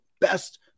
best